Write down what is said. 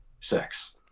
sex